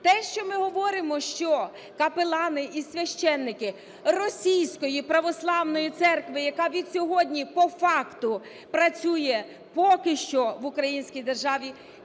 Те, що ми говоримо, що капелани і священики російської православної церкви, яка від сьогодні по факту працює поки що в українській державі,